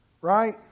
right